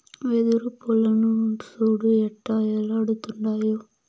వెదురు పూలను సూడు ఎట్టా ఏలాడుతుండాయో